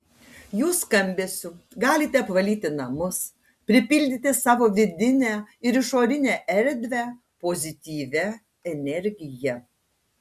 jų skambesiu galite apvalyti namus pripildyti savo vidinę ir išorinę erdvę pozityvia energija